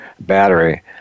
battery